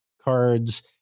cards